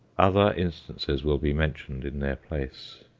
other instances will be mentioned in their place.